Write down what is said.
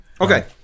Okay